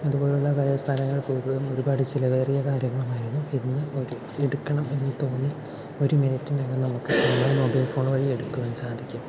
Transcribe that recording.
അതുപോലുള്ള വേറെ സ്ഥലങ്ങൾ പോകുകയും ഒരുപാട് ചിലവേറിയ കാര്യങ്ങൾ ആയിരുന്നു ഇന്ന് ഒരു ഫോട്ടോ എടുക്കണം എന്ന് തോന്നിയ ഒരു മിനിറ്റിനകം നമുക്ക് നമ്മുടെ മൊബൈൽ ഫോൺ വഴി എടുക്കുവാൻ സാധിക്കും